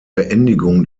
beendigung